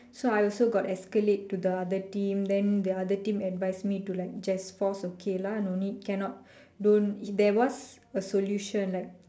so I also got escalate to the other team then the other team advise me to just force okay lah no need cannot don't there was a solution like